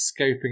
scoping